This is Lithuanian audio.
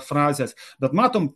frazės bet matom